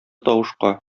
тавышка